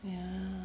ya